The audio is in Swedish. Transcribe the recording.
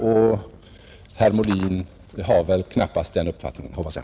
Och herr Molin har väl inte uppfattningen att man skall göra det, hoppas jag.